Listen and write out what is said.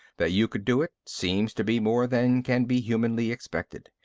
that you could do it seems to be more than can be humanly expected.